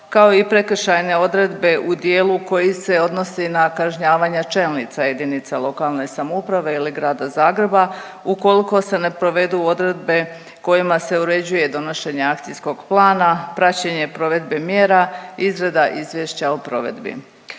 kao i prekršajne odredbe u dijelu koji se odnosi na kažnjavanje čelnica jedinica lokalne samouprave ili Grada Zagreba ukoliko se ne provedu odredbe kojima se uređuje donošenje akcijskog plana, praćenje provedbe mjera, izrada izvješća o provedbi.